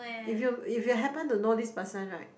if you if you happen to know this person right